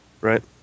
right